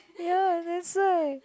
ya that's why